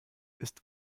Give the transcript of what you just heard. ist